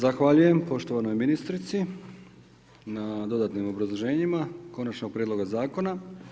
Zahvaljujem poštovanoj ministrici na dodatnim obrazloženjima konačnog prijedloga zakona.